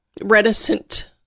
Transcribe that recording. reticent